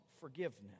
forgiveness